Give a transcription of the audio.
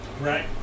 right